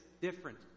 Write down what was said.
different